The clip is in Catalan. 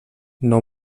nou